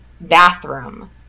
bathroom